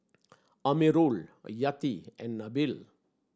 Amirul Yati and Nabil